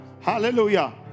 Hallelujah